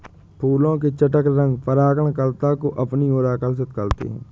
फूलों के चटक रंग परागणकर्ता को अपनी ओर आकर्षक करते हैं